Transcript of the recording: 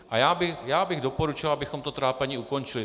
A já bych doporučil, abychom to trápení ukončili.